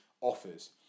offers